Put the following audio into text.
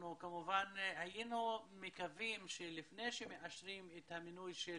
אנחנו היינו מקווים שלפני שמאשרים את המינוי של